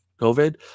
COVID